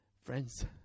friends